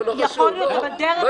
הוא